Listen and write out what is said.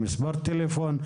מספר טלפון,